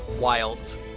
Wilds